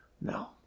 No